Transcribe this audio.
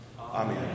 Amen